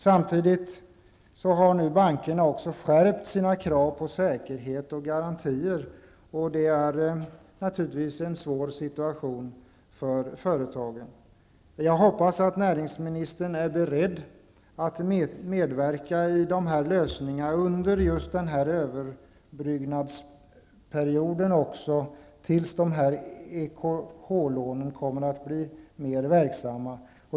Samtidigt har nu bankerna skärpt sina krav på säkerhet och garantier. Det är naturligtvis en svår situation för företagen. Jag hoppas att näringsministern är beredd att medverka i sådana lösningar under överbryggnadsperioden, tills EKH-lånen blir mer verksamma.